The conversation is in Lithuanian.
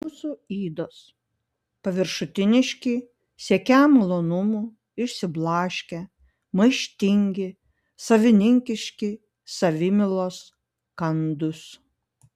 mūsų ydos paviršutiniški siekią malonumų išsiblaškę maištingi savininkiški savimylos kandūs